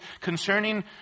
concerning